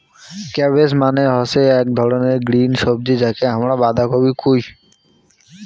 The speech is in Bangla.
ক্যাবেজ মানে হসে আক ধরণের গ্রিন সবজি যাকে হামরা বান্ধাকপি কুহু